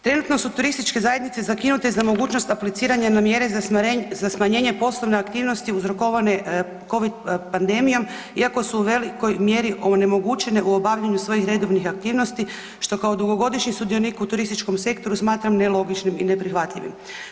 Trenutno su turističke zajednice zakinute za mogućnost apliciranja na mjere za smanjenje poslovne aktivnosti uzrokovane covid pandemijom, iako su u velikoj mjeri onemogućene u obavljanju svojih redovnih aktivnosti što kao dugogodišnji sudionik u turističkom sektoru smatram nelogičnim i neprihvatljivim.